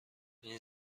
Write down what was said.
این